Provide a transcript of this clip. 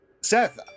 Seth